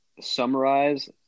summarize